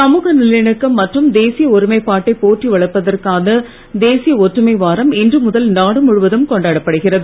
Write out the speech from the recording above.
சமூக நல்லிணக்கம் மற்றும் தேசிய ஒருமைப்பாட்டை போற்றி வளர்ப்பதற்கான தேசிய ஒற்றுமை வாரம் இன்று முதல் நாடு முழுவதும் கொண்டாடப்படுகிறது